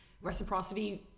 Reciprocity